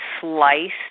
sliced